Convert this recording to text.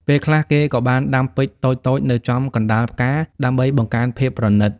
ពេលខ្លះគេក៏បានដាំពេជ្រតូចៗនៅចំកណ្តាលផ្កាដើម្បីបង្កើនភាពប្រណីត។